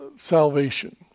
Salvation